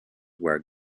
where